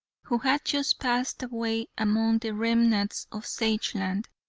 who had just passed away among the remnants of sageland,